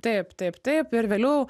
taip taip taip ir vėliau